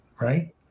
right